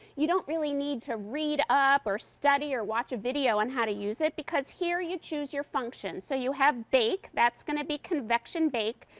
you don't really need to read up or study or watch a video on how to use it, because here you choose your function. so you have bake. that's going to be convection bake.